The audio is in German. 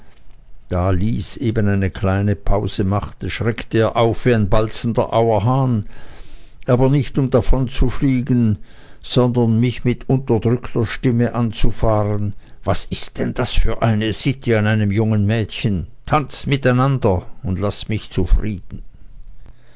da lys eben eine kleine pause machte schreckte er auf wie ein balzender auerhahn aber nicht um davonzufliegen sondern mich mit unterdrückter stimme anzufahren was ist denn das für eine sitte an einem jungen mädchen tanzt miteinander und laßt mich zufrieden